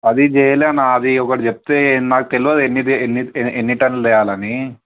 అది చెయ్యలేదు అన్న అవి ఒకడు చెప్తే నాకు తెలవదు ఎన్ని ఎన్ని ఎన్ని టన్నులు తేవాలని